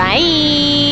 Bye